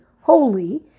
holy